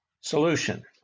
Solution